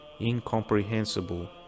incomprehensible